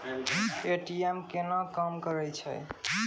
ATM केना काम करै छै?